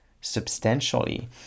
substantially